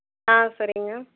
ஆ சரிங்க